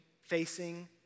facing